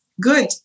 good